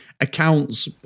accounts